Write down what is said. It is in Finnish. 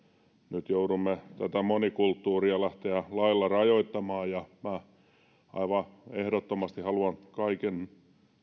nyt joudumme lähtemään tätä monikulttuuria lailla rajoittamaan ja minä aivan ehdottomasti haluan kaikin